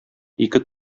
ике